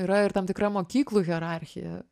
yra ir tam tikra mokyklų hierarchija